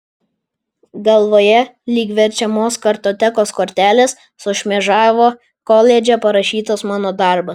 galvoje lyg verčiamos kartotekos kortelės sušmėžavo koledže parašytas mano darbas